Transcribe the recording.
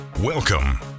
Welcome